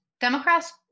Democrats